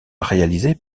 réalisée